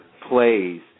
plays